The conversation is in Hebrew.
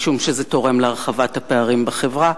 משום שזה תורם להרחבת הפערים בחברה.